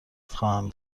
خواهم